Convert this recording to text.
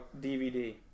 DVD